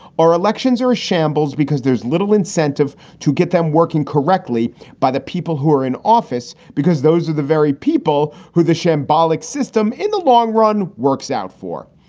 our elections are a shambles because there's little incentive to get them working correctly by the people who are in office, because those are the very people who the shambolic system in the long run works out for.